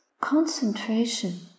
concentration